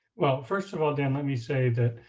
well, first of all, dan, let me say that